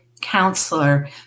counselor